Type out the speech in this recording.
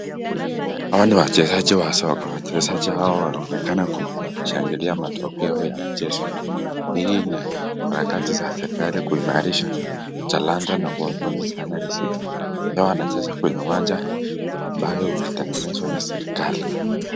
Hawa ni wachezaji wa soka, wachezaji hawa wanaonekana kushangilia matokeo ya chezo. Hii ni harakati za serekali kuhimarisha talanta na kuwapa vijana riziki, wao wanacheza kwenye uwanja ambayo ulitengenezwa na serekali.